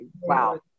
wow